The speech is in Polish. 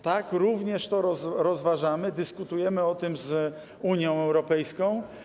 Tak, również to rozważamy, dyskutujemy o tym z Unią Europejską.